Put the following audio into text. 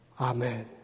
Amen